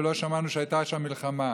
ולא שמענו שהייתה שם מלחמה.